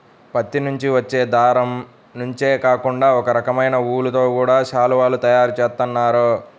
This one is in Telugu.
పత్తి నుంచి వచ్చే దారం నుంచే కాకుండా ఒకరకమైన ఊలుతో గూడా శాలువాలు తయారు జేత్తన్నారు